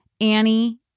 Annie